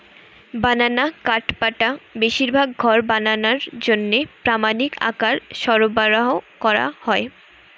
বানানা কাঠপাটা বেশিরভাগ ঘর বানানার জন্যে প্রামাণিক আকারে সরবরাহ কোরা হয়